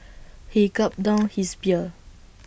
he gulped down his beer